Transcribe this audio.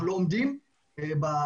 אנחנו לא עומדים ביעדים,